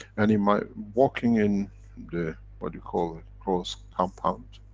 and in my walking in the, what you call, closed compound.